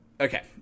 Okay